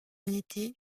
unités